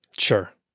Sure